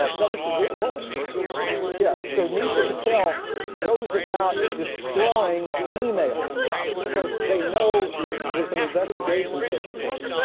ah no this is girl, a woman, isn't it? i believe so. yeah. so nisha patel goes about destroying emails because they know that there's an investigation taking place.